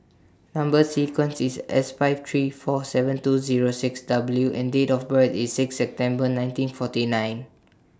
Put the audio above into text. Number sequence IS S five three four seven two Zero six W and Date of birth IS six September nineteen forty nine